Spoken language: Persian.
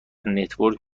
نتورک